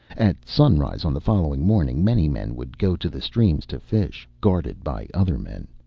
at sunrise on the following morning many men would go to the streams to fish, guarded by other men.